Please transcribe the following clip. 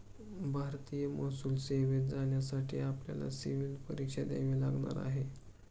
भारतीय महसूल सेवेत जाण्यासाठी आपल्याला सिव्हील परीक्षा द्यावी लागणार आहे